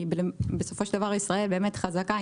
כי בסופו של דבר ישראל באמת חזקה.